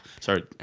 Sorry